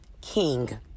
king